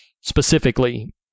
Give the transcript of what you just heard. specifically